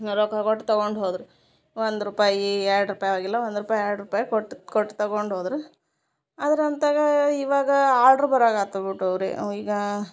ರೊಕ್ಕ ಕೊಟ್ಟ್ ತಗೊಂಡು ಹೋದ್ರು ಒಂದು ರೂಪಾಯಿ ಎರ್ಡು ರೂಪಾಯಿ ಹೋಗಿಲ್ಲ ಒಂದು ರೂಪಾಯಿ ಎರ್ಡು ರೂಪಾಯಿ ಕೊಟ್ಟ್ ಕೊಟ್ಟ್ ತಗೊಂಡು ಹೋದ್ರು ಅದರಂತಗಾ ಇವಗಾ ಆಡ್ರ್ ಬರೋಕ್ ಹತ್ತುಬಿಟ್ಟವ್ ರೀ ಅಂವ್ ಈಗ